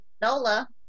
NOLA